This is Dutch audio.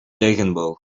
regenboog